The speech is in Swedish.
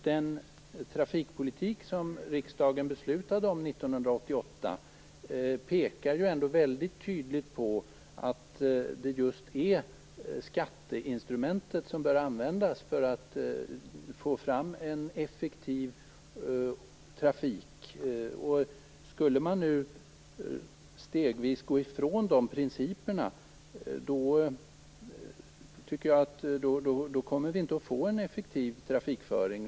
Den trafikpolitik som riksdagen beslutade om 1988 pekar väldigt tydligt på att det just är skatteinstrumentet som bör användas för att få fram en effektiv trafik. Skulle man nu stegvis gå ifrån de principerna, då kommer vi inte att få en effektiv trafikföring.